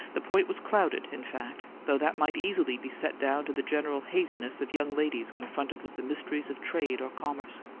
the point was clouded, in fact though that might easily be set down to the general haziness of young ladies confronted with the mysteries of trade or commerce.